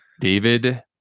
David